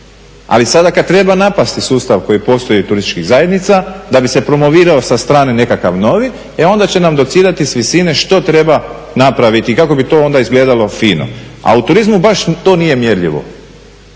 Ali sada kad treba napasti sustav koji postoji turističkih zajednica da bi se promovirao sa strane nekakav novi, e onda će nam docirati s visine što treba napraviti kako bi to onda izgledalo fino. A u turizmu baš to nije mjerljivo,